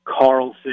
Carlson